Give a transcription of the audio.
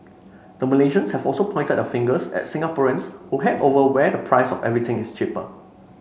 the Malaysians have also pointed their fingers at Singaporeans who head over where the price of everything is cheaper